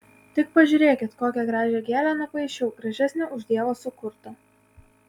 tik pažiūrėkit kokią gražią gėlę nupaišiau gražesnę už dievo sukurtą